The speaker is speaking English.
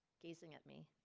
gazing at me.